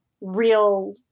real